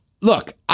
Look